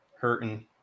hurting